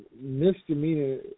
misdemeanor